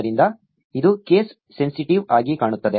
ಆದ್ದರಿಂದ ಇದು case sensitive ಆಗಿ ಕಾಣುತ್ತದೆ